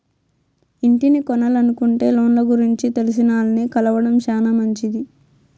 ఇంటిని కొనలనుకుంటే లోన్ల గురించి తెలిసినాల్ని కలవడం శానా మంచిది